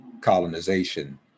colonization